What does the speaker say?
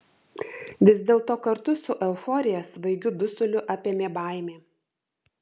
vis dėlto kartu su euforija svaigiu dusuliu apėmė baimė